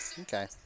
Okay